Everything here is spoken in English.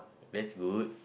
that's good